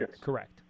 correct